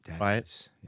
right